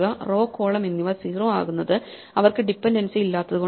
row column എന്നിവ 0 ആകുന്നത് അവർക്കു ഡിപെൻഡൻസി ഇല്ലാത്തതു കൊണ്ടല്ല